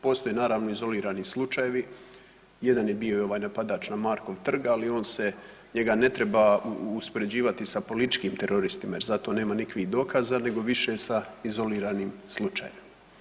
Postoje naravno, izolirani slučajevi, jedan je bio ovaj napadač na Markov trg, ali on se, njega ne treba uspoređivati sa političkim teroristima jer za to nema nikakvih dokaza, nego više sa izoliranim slučajem.